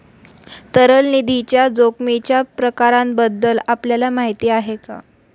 तरल निधीच्या जोखमीच्या प्रकारांबद्दल आपल्याला माहिती आहे का?